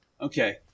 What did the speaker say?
Okay